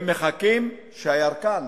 ומחכים שהירקן